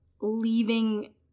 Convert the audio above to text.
leaving